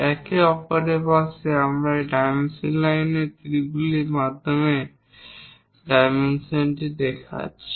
একে অপরের পাশে আমরা এই ডাইমেনশন লাইনের তীরগুলির মাধ্যমে ডাইমেনশন দেখাচ্ছি